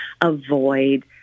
avoid